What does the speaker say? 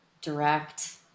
direct